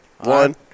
One